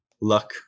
luck